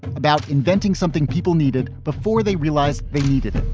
about inventing something people needed before they realized they needed it.